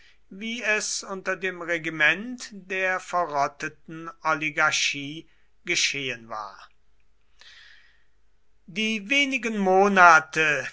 wie es unter dem regiment der verrotteten oligarchie geschehen war die wenigen monate